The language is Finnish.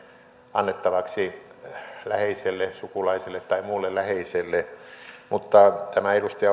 annettavaksi läheiselle sukulaiselle tai muulle läheiselle mutta tämä edustaja